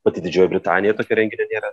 pati didžioji britanija tokio renginio nėra